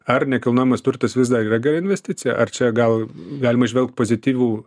ar nekilnojamas turtas vis dar yra gera investicija ar čia gal galima įžvelgt pozityvų